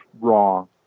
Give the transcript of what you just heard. wrong